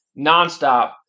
nonstop